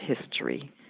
history